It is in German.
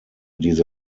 diese